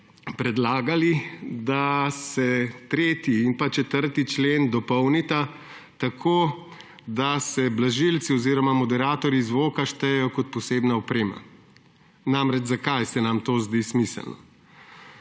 predlagali, da se 3. in 4. člen dopolnita, tako da se blažilci oziroma moderatorji zvoka štejejo kot posebna oprema. Zakaj se nam to zdi smiselno?